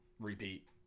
Repeat